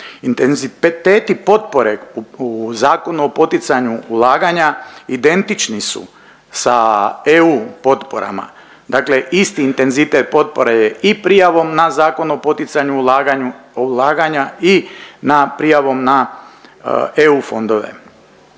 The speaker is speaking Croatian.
Intenziteti potpore u Zakonu o poticanju ulaganja identični su sa EU potporama. Dakle, isti intenzitet potpora je i prijavom na Zakon o poticanju ulaganju, ulaganja i na prijavom na EU fondove.